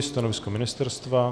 Stanovisko ministerstva?